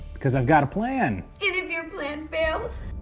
because i've got a plan. and if you're plan fails?